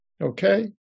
Okay